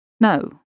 No